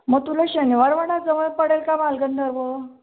मग तुला शनिवार वाडा जवळ पडेल का बालगंधर्व